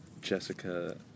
Jessica